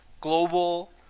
global